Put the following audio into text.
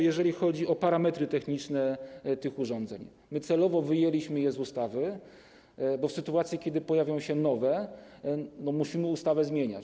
Jeżeli chodzi o parametry techniczne tych urządzeń, to my celowo wyjęliśmy je z ustawy, bo w sytuacji kiedy pojawią się nowe, musimy ustawę zmieniać.